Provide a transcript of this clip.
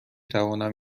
توانم